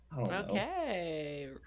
Okay